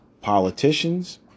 politicians